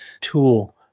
tool